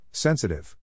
Sensitive